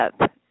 up